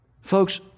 Folks